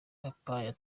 yatanguye